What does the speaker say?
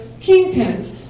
kingpins